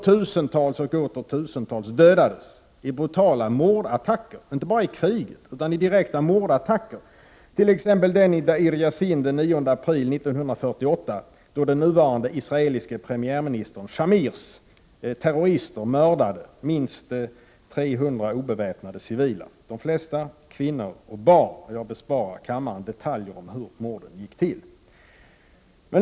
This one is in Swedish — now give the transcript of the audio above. Tusentals och åter tusentals dödades i brutala mordattacker, inte bara i kriget utan i direkta mordattacker, t.ex. den i Deir Jassin den 9 april 1948 då den nuvarande premiärministern Shamirs terrorister mördade minst 300 obeväpnade civila, de flesta kvinnor och barn — jag besparar kammaren detaljer om hur morden gick till.